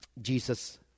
Jesus